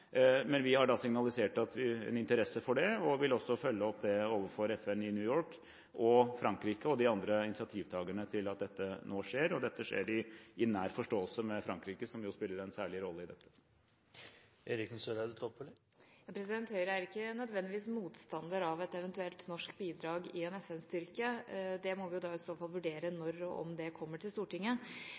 men vi har signalisert en interesse for det, og vil også følge opp det overfor FN i New York og Frankrike og de andre initiativtakerne til at dette nå skjer. Dette skjer i nær forståelse med Frankrike, som spiller en særlig rolle her. Høyre er ikke nødvendigvis motstander av et eventuelt norsk bidrag i en FN-styrke. Det må vi i så fall vurdere når og om det kommer til Stortinget.